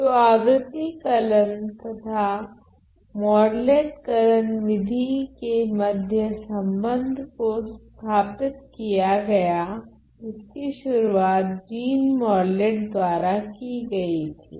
तो आवृति कलन तथा मोरलेट कलन विधि के मध्य संबंध को स्थापित किया गया जिसकी शुरुआत जीन मोरलेट द्वारा की गई थी